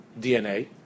DNA